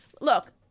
Look